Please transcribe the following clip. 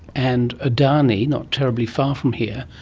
and adani, not terribly far from here,